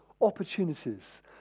opportunities